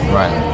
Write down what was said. right